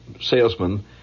salesman